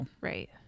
Right